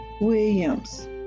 williams